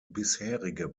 bisherige